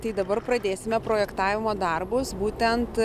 tai dabar pradėsime projektavimo darbus būtent